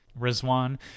Rizwan